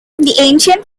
ancient